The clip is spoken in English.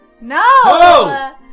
no